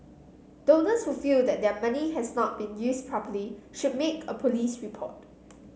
donors who feel that their money has not been used properly should make a police report